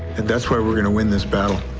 and that's why we're gonna win this battle.